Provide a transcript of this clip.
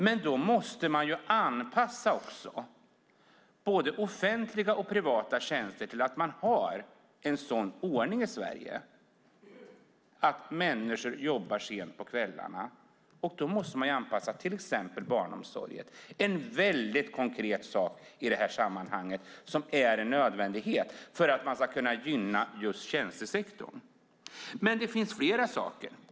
Men då måste man också anpassa både offentliga och privata tjänster till att man har en sådan ordning i Sverige, alltså att människor jobbar sent på kvällarna. Då måste man anpassa till exempel barnomsorgen. Det är en väldigt konkret sak i det här sammanhanget som är en nödvändighet för att man ska kunna gynna just tjänstesektorn. Men det finns flera saker.